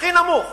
הכי נמוך